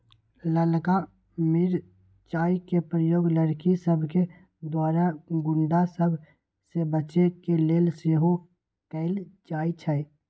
ललका मिरचाइ के प्रयोग लड़कि सभके द्वारा गुण्डा सभ से बचे के लेल सेहो कएल जाइ छइ